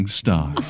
star